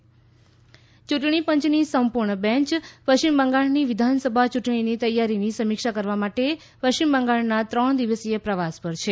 યુંટણી પંચ મીટિંગ યૂંટણી પંચની સંપૂર્ણ બેંચ પશ્ચિમ બંગાળની વિધાનસભા ચૂંટણીની તૈયારીની સમીક્ષા કરવા માટે પશ્ચિમ બંગાળના ત્રણ દિવસીય પ્રવાસ પર છે